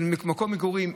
של מקום מגורים,